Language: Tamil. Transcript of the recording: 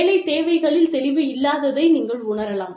வேலைத் தேவைகளில் தெளிவு இல்லாததை நீங்கள் உணரலாம்